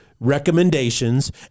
recommendations